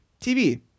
TV